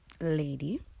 lady